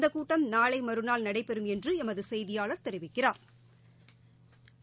இந்த கூட்டம் நாளை மறுநாள் நடைபெறும் என்று எமது செய்தியாளா் தெரிவிக்கிறாா்